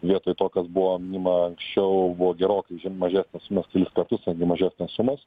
vietoj to kas buvo minima anksčiau buvo gerokai mažesnės sumos kelis kartus netgi mažesnės sumos